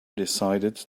decided